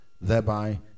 thereby